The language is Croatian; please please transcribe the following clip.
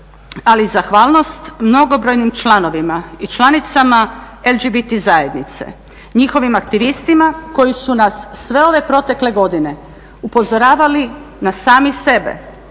ali i zahvalnost mnogobrojnim članovima i članicama LGBT zajednice, njihovim aktivistima koji su nas sve ove protekle godine upozoravali na sami sebe,